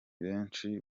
benshi